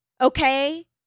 Okay